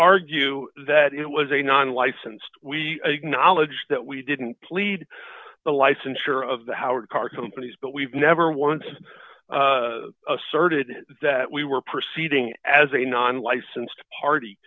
argue that it was a non licensed we acknowledge that we didn't plead the licensure of the howard card companies but we've never once asserted that we were proceeding as a non licensed party